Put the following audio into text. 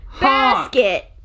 Basket